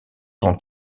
son